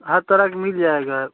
हर तरह के मिल जाएगा